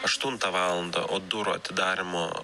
aštuntą valandą o durų atidarymo